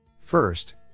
First